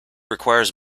requires